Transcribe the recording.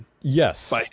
yes